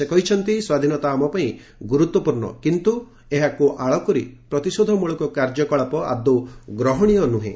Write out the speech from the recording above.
ସେ କହିଛନ୍ତି ସ୍ୱାଧୀନତା ଆମ ପାଇଁ ଗୁରୁତ୍ୱପୂର୍ଣ୍ଣ କିନ୍ତୁ ଏହାକୁ ଆଳ କରି ପ୍ରତିଶୋଧମ୍ବଳକ କାର୍ଯ୍ୟକଳାପ ଆଦୌ ଗ୍ରହଣୀୟ ନୁହେଁ